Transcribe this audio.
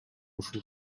ушул